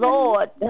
Lord